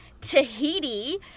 tahiti